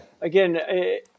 again